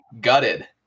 Gutted